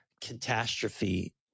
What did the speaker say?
catastrophe